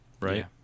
right